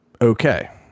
okay